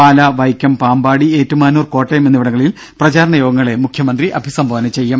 പാലാ വൈക്കം പാമ്പാടി ഏറ്റുമാനൂർ കോട്ടയം എന്നിവിടങ്ങളിൽ പ്രചാരണ യോഗങ്ങളെ മുഖ്യമന്ത്രി അഭിസംബോധന ചെയ്യും